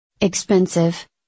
expensive